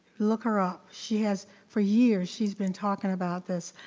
look her up, she has, for years she's been talking about this.